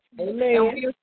Amen